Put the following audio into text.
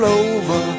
over